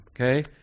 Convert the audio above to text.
okay